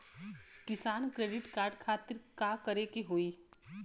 किसान credit card खातिर का करे के होई?